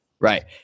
Right